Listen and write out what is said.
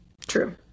True